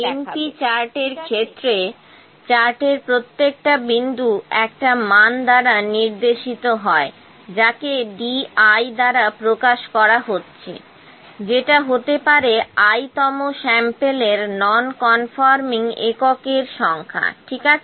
সুতরাং np চার্টের ক্ষেত্রে চার্টের প্রত্যেকটা বিন্দু একটা মান দ্বারা নির্দেশিত হয় যাকে Diদ্বারা প্রকাশ করা হচ্ছে যেটা হতে পারে i তম স্যাম্পেলের নন কনফর্মিং এককের সংখ্যা ঠিক আছে